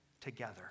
together